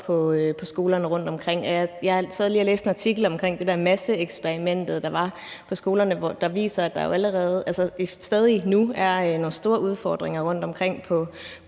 på skolerne rundtomkring. Jeg sad lige og læste en artikel omkring det der masseeksperiment, der var på skolerne, som viser, at der jo stadig er nogle store udfordringer rundtomkring på